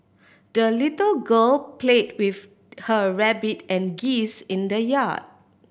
the little girl played with her rabbit and geese in the yard